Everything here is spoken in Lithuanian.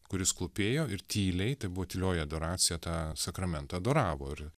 kuris klūpėjo ir tyliai tai buvo tylioji adoracija tą sakramentą adoravo ir